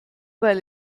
weil